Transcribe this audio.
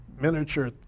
miniature